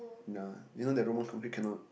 ya you know that Roman concrete cannot